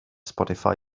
spotify